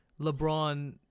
LeBron